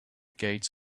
gates